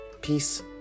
Peace